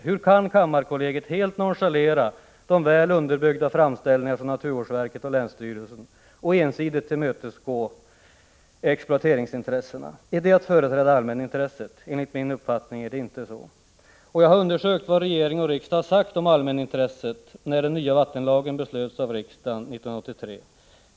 Hur kan kammarkollegiet helt nonchalera de väl underbyggda framställningarna från naturvårdsverket och länsstyrelsen och ensidigt tillmötesgå exploateringsintressena? Är det att företräda allmänintresset? Enligt min uppfattning är det inte så. Jag har undersökt vad regering och riksdag har sagt om allmänintresset när den nya vattenlagen beslöts av riksdagen 1983.